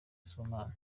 sibomana